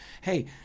Hey